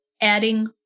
adding